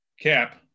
Cap